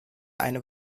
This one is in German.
eine